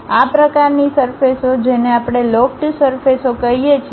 આ પ્રકારની સરફેસ ઓ જેને આપણે લોફ્ટ્ડ સરફેસ ઓ કહીએ છીએ